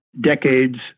decades